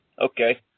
Okay